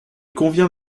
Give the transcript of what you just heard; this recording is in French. convient